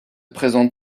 présente